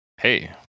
Hey